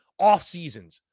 offseasons